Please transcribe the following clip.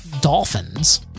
dolphins